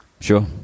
sure